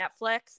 Netflix